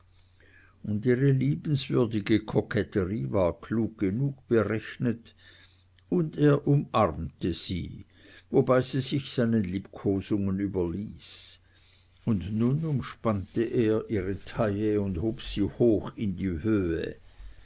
und ihre liebenswürdige koketterie war klug genug berechnet und er umarmte sie wobei sie sich seinen liebkosungen überließ und nun umspannte er ihre taille und hob sie hoch in die höh